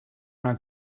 una